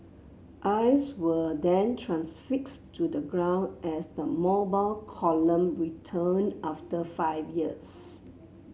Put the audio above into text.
eyes were then transfixed to the ground as the Mobile Column returned after five years